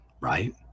right